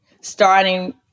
starting